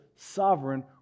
Sovereign